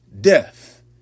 death